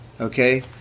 Okay